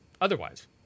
otherwise